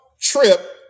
trip